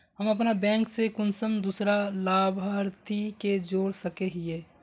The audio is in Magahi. हम अपन बैंक से कुंसम दूसरा लाभारती के जोड़ सके हिय?